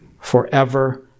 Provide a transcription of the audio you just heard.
forever